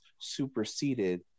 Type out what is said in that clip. superseded